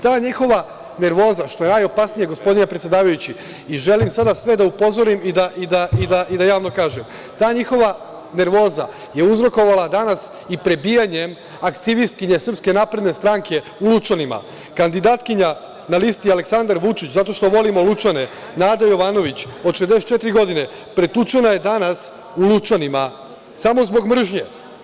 Ta njihova nervoza, što je najopasnije, gospodine predsedavajući, želim sada sve da upozorim i da javno kažem, ta njihova nervoza je uzrokovala danas i prebijanjem aktivistkinje SNS u Lučanima. (Maja Videnović: Jeste li svesni šta ste rekli sad?) Kandidatkinja na listi „Aleksandar Vučić – Zato što volimo Lučane“, Nada Jovanović, od 64 godine, pretučena je danas u Lučanima samo zbog mržnje.